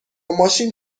ماشین